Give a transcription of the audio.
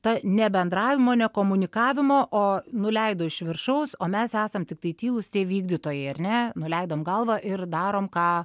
ta ne bendravimo ne komunikavimo o nuleido iš viršaus o mes esam tiktai tylūs tie vykdytojai ar ne nuleidom galvą ir darom ką